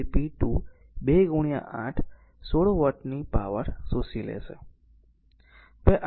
તેથી p2 2 8 16 વોટની power શોષી લેશે